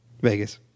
Vegas